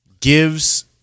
gives